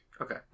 Okay